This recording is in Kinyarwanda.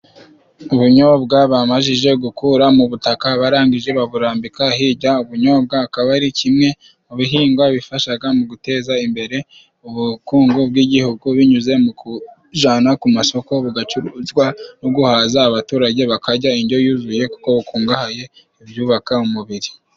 Ubunyobwa bamajije gukura mu butaka barangije baburambika hijya. Ubunyobwa akaba ari kimwe mu bihingwa bifashaga mu guteza imbere ubukungu bw'igihugu binyuze mu kujana ku masoko, bugacuruzwa no guhaza abaturage bakajya injyo yuzuye, kuko bukungahaye ku byubaka umubiri.